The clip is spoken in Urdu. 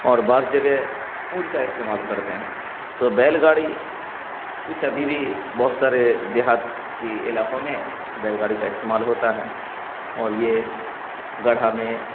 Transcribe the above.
اور بعض جگہ اونٹ کا استعمال کرتے ہیں تو بیل گاڑی کچھ ابھی بھی بہت سارے دیہاتی علاقوں میں بیل گاڑی کا استعمال ہوتا ہے اور یہ گڑھا میں